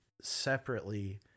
separately